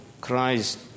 Christ